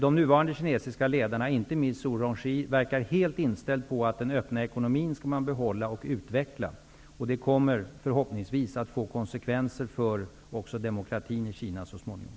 De nuvarande kinesiska ledarna, inte minst Zhu Rongji, verkar helt inställda på att man skall behålla den öppna ekonomin och utveckla den. Det kommer förhoppningsvis att få konsekvenser för också demokratin i Kina så småningom.